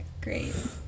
Great